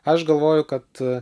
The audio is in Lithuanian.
aš galvoju kad